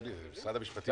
משרד המשפטים מדבר.